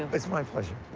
it's my pleasure.